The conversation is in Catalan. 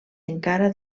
encara